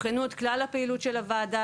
יבחנו את כלל הפעילות של הוועדה,